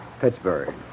pittsburgh